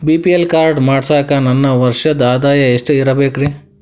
BPL card ಮಾಡ್ಸಾಕ ನನ್ನ ವರ್ಷದ್ ಆದಾಯ ಎಷ್ಟ ಇರಬೇಕ್ರಿ?